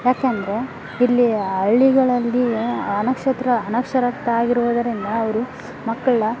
ಯಾಕೆಂದರೆ ಇಲ್ಲಿ ಹಳ್ಳಿಗಳಲ್ಲಿಯ ಅನಕ್ಷತ್ರ ಅನಕ್ಷರಸ್ಥ ಆಗಿರುವುದರಿಂದ ಅವರು ಮಕ್ಕಳ